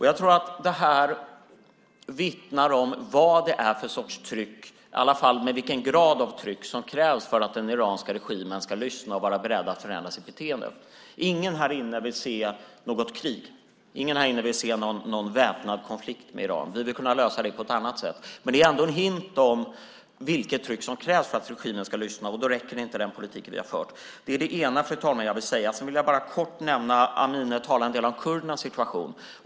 Jag tror att det här vittnar om vad det är för sorts tryck, i alla fall vilken grad av tryck, som krävs för att den iranska regimen ska lyssna och vara beredd att förändra sitt beteende. Ingen här inne vill se något krig. Ingen här inne vill se någon väpnad konflikt med Iran. Vi vill kunna lösa det på ett annat sätt, men det är ändå en hint om vilket tryck som krävs för att regimen ska lyssna, och då räcker inte den politik vi har fört. Det är det ena jag vill säga, fru talman. Amineh talade en del om kurdernas situation.